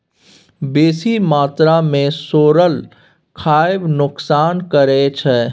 बेसी मात्रा मे सोरल खाएब नोकसान करै छै